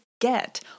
get